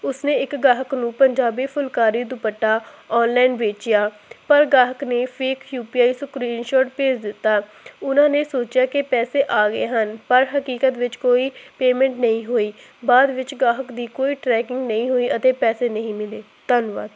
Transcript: ਉਸਨੇ ਇੱਕ ਗਾਹਕ ਨੂੰ ਪੰਜਾਬੀ ਫੁਲਕਾਰੀ ਦੁਪੱਟਾ ਆਨਲਾਈਨ ਵੇਚਿਆ ਪਰ ਗਾਹਕ ਨੇ fake U P I screenshot ਭੇਜ ਦਿੱਤਾ ਉਹਨਾਂ ਨੇ ਸੋਚਿਆ ਕਿ ਪੈਸੇ ਆ ਗਏ ਹਨ ਪਰ ਹਕੀਕਤ ਵਿੱਚ ਕੋਈ ਪੇਮੈਂਟ ਨਹੀਂ ਹੋਈ ਬਾਅਦ ਵਿੱਚ ਗਾਹਕ ਦੀ ਕੋਈ ਟਰੈਕਿੰਗ ਨਹੀਂ ਹੋਈ ਅਤੇ ਪੈਸੇ ਨਹੀਂ ਮਿਲੇ ਧੰਨਵਾਦ